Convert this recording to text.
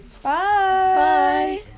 Bye